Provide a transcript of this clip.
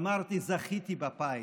אמרתי: זכיתי בפיס.